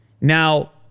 Now